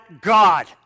God